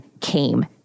came